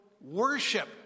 worship